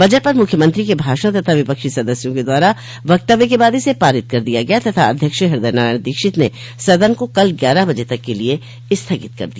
budget पर मुख्यमंत्री के भाषण तथा विपक्षी सदस्यों के द्वारा वक्तव्य के बाद इसे पारित कर दिया गया तथा अध्यक्ष हृदय नारायण दीक्षित ने सदन को कल ग्यारह बजे तक के लिए स्थगित कर दिया